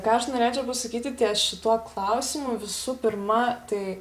ką aš norėčiau pasakyti ties šituo klausimu visų pirma tai